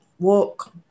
walk